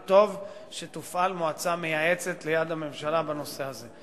וטוב שתופעל מועצה מייעצת ליד הממשלה בנושא הזה.